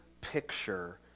picture